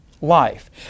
life